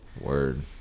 Word